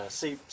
see